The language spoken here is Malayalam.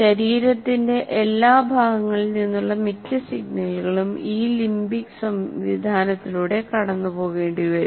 ശരീരത്തിന്റെ എല്ലാ ഭാഗങ്ങളിൽ നിന്നുമുള്ള മിക്ക സിഗ്നലുകളും ഈ ലിംബിക് സംവിധാനത്തിലൂടെ കടന്നുപോകേണ്ടിവരും